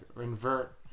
invert